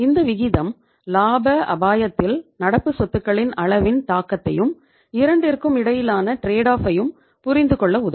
இந்த விகிதம் இலாப அபாயத்தில் நடப்பு சொத்துக்களின் அளவின் தாக்கத்தையும் இரண்டிற்கும் இடையிலான trade off ய்யும் புரிந்து கொள்ள உதவும்